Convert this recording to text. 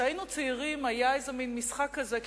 עוד כשהיינו צעירים היה איזה מין משחק כזה,